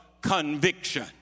conviction